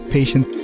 Patient